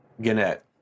gannett